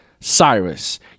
cyrus